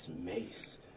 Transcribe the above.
mace